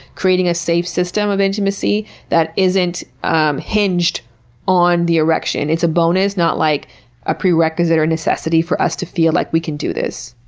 creating a safe system of intimacy that isn't um hinged on the erection. it's a bonus, not like a prerequisite or necessity for us to feel like we can do this.